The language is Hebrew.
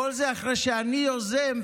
כל זה אחרי שאני יוזם,